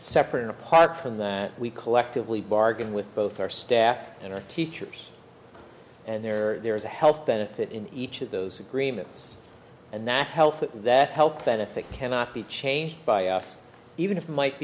separate and apart from that we collectively bargain with both our staff and our teachers and there there is a health benefit in each of those agreements and that health that help benefit cannot be changed by us even if might